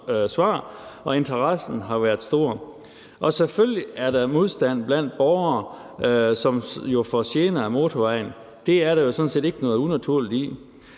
og interessen har været stor. Selvfølgelig er der modstand blandt borgere, som jo får gener af motorvejen. Det er der jo sådan set ikke noget unaturligt i.